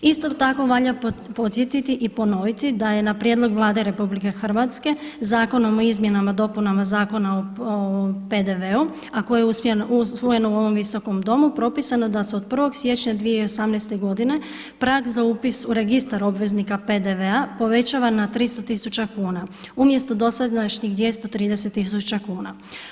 Isto tako valja podsjetiti i ponoviti da je na prijedlog Vlade RH Zakonom o izmjenama i dopunama Zakona o PDV-u, a koji je usvojen u ovom Visokom domu propisano je da se od 1. siječnja 2018. godine prag za upis u Registar obveznika PDV-a povećava na 300 tisuća kuna, umjesto dosadašnjih 230 tisuća kuna.